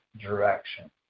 direction